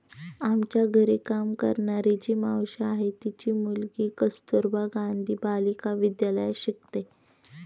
आमच्या घरी काम करणारी जी मावशी आहे, तिची मुलगी कस्तुरबा गांधी बालिका विद्यालयात शिकते